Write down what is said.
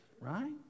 right